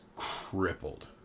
Crippled